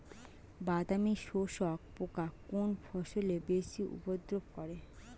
বাদামি শোষক পোকা কোন ফসলে বেশি উপদ্রব করে?